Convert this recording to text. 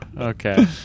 okay